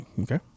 Okay